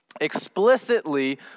Explicitly